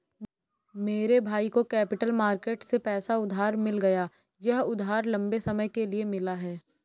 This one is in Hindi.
मेरे भाई को कैपिटल मार्केट से पैसा उधार मिल गया यह उधार लम्बे समय के लिए मिला है